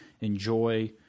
enjoy